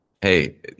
hey